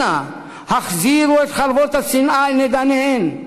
אנא, החזירו את חרבות השנאה והזעם אל נדניהן.